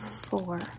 four